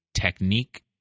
technique